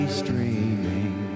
streaming